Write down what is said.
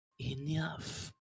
enough